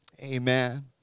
amen